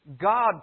God